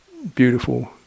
beautiful